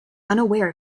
unaware